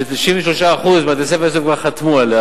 ש-93% מבתי-הספר כבר חתמו על זה.